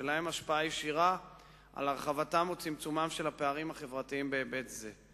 שלהם השפעה ישירה על הרחבתם או צמצומם של הפערים החברתיים בהיבט זה.